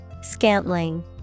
Scantling